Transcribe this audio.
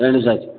sir